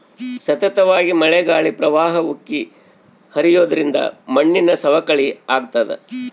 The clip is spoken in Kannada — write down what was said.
ಸತತವಾಗಿ ಮಳೆ ಗಾಳಿ ಪ್ರವಾಹ ಉಕ್ಕಿ ಹರಿಯೋದ್ರಿಂದ ಮಣ್ಣಿನ ಸವಕಳಿ ಆಗ್ತಾದ